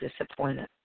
disappointed